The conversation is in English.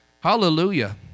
Hallelujah